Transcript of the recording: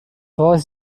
was